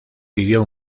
vivió